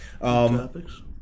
topics